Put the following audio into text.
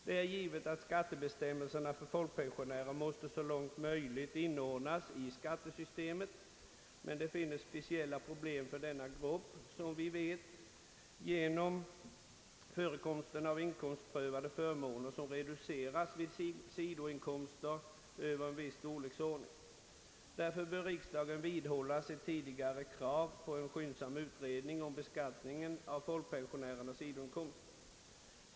Det är givet att skattebestämmelserna för folkpensionärer så långt möjligt måste inordnas i skattesystemet, men det finns som vi vet speciella problem för denna grupp på grund av att inkomstprövade förmåner reduceras vid sidoinkomster över en viss storleksordning. Därför bör riksdagen vidhålla sitt tidigare krav på en skyndsam utredning om beskattningen av folkpensionärernas sidoinkomster.